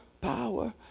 power